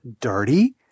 dirty